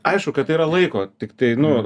aišku kad tai yra laiko tiktai nu